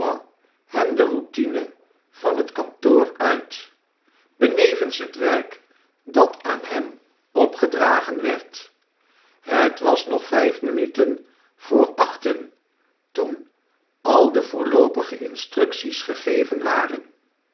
de routine van het kantoor uit benevens het werk dat aan hem opgedragen werd het was nog vyf minuten voor achten toen al de voorloopige instructies gegeven waren